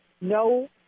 no